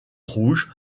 rouge